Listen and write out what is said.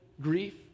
grief